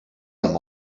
them